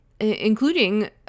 including